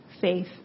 faith